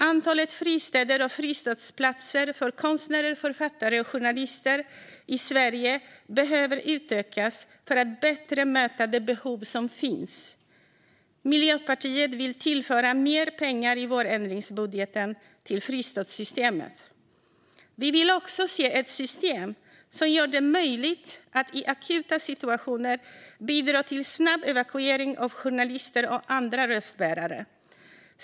Antalet fristäder och fristadsplatser för konstnärer, författare och journalister i Sverige behöver utökas för att bättre möta det behov som finns. Miljöpartiet vill tillföra mer pengar i vårändringsbudgeten till fristadssystemet. Vi vill också se ett system som gör det möjligt att i akuta situationer bidra till snabb evakuering av journalister och andra röstbärare.